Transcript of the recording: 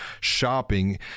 shopping